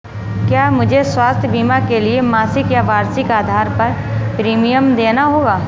क्या मुझे स्वास्थ्य बीमा के लिए मासिक या वार्षिक आधार पर प्रीमियम देना होगा?